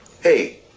Hey